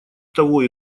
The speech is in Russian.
того